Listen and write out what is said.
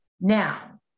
Now